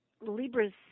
Libras